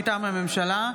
מטעם הממשלה,